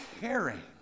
caring